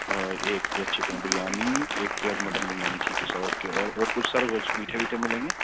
اور ایک plate chicken biryani ایک پلیٹ مٹن بریانی ٹھیک ہے سر اوکے اور اور کچھ سر وہ میٹھے ویٹھے میں لیں گے